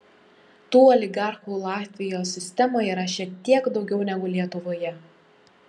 tų oligarchų latvijos sistemoje yra šiek tiek daugiau negu lietuvoje